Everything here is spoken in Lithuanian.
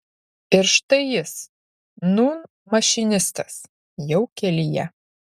ir štai jis nūn mašinistas jau kelyje